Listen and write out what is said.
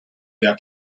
der